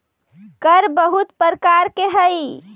कर बहुत प्रकार के हई